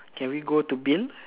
can we go to Bill